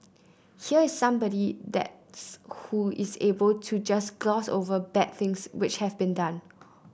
here is somebody that's who is able to just gloss over bad things which have been done